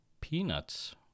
peanuts